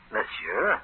Monsieur